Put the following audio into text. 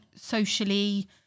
socially